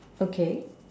okay